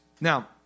Now